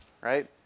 Right